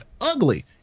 ugly